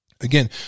Again